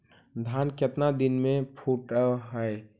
धान केतना दिन में फुट है?